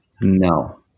No